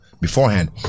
beforehand